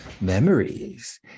memories